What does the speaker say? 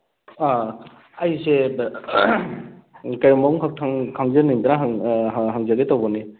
ꯑꯥ ꯑꯩꯁꯦ ꯀꯔꯤꯒꯨꯝꯕꯝꯈꯛꯇꯪ ꯈꯪꯖꯅꯤꯡꯗꯅ ꯍꯪꯖꯒꯦ ꯇꯧꯕꯅꯤ